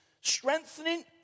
Strengthening